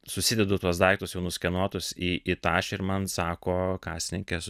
susidedu tuos daiktus jau nuskenuotus į į tašę ir man sako kasininkės